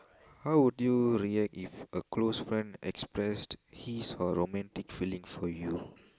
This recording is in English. how would you react if a close friend expressed his her romantic feeling for you